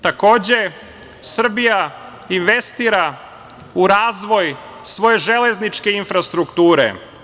Takođe, Srbija investira u razvoj svoje železničke infrastrukture.